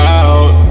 out